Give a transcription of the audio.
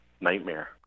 nightmare